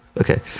okay